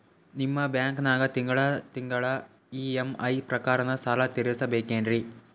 ನಿಮ್ಮ ಬ್ಯಾಂಕನಾಗ ತಿಂಗಳ ತಿಂಗಳ ಇ.ಎಂ.ಐ ಪ್ರಕಾರನ ಸಾಲ ತೀರಿಸಬೇಕೆನ್ರೀ?